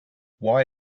why